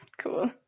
cool